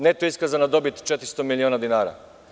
Neto iskazana dobit – 400 miliona dinara.